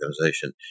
organization